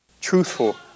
truthful